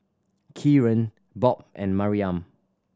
Kieran Bob and Maryam